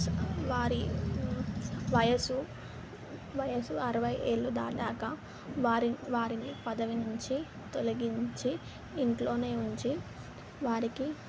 వారి వయస్సు వయస్సు అరవై ఏళ్ళు దాటాక వారి వారిని పదవి నుంచి తొలగించి ఇంట్లోనే ఉంచి వారికి